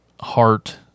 heart